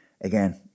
Again